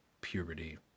puberty